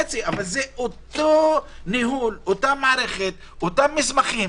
אבל זה אותו ניהול, אותה מערכת, אותם מסמכים.